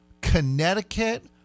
Connecticut